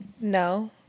No